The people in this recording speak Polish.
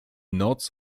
noc